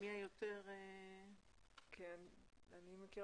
תבדקו שבפעם הבאה זה יעבוד כדי שלא נפספס אותו.